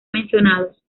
mencionados